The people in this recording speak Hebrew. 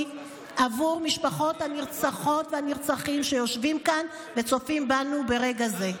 עבור משפחות הנרצחות והנרצחים שיושבות כאן וצופות בנו ברגע זה.